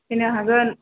फैनो हागोन